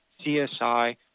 CSI